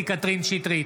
קטי קטרין שטרית,